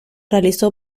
realizó